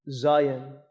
Zion